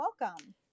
welcome